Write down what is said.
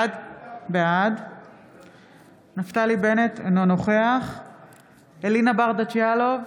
בעד נפתלי בנט, אינו נוכח אלינה ברדץ' יאלוב,